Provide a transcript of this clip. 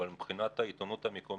אבל מבחינת העיתונות המקומית,